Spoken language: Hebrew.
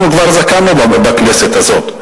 אנחנו כבר זקנו בכנסת הזאת.